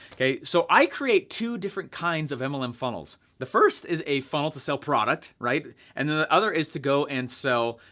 okay, so, i create two different kinds of mlm funnels. the first is a funnel to sell product, right, and then the other is to go and sell